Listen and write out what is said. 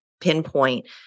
pinpoint